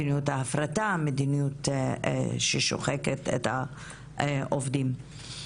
מדיניות ההפרטה, מדיניות ששוחקת את העובדים.